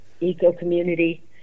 eco-community